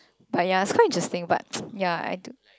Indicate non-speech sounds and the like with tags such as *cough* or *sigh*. but ya it's quite interesting but *noise* ya I do